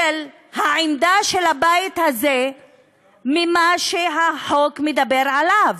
העמדה של הבית הזה כלפי מה שהחוק מדבר עליו.